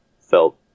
felt